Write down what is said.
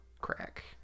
crack